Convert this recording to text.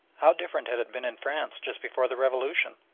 how different had it been in france just before the revolution!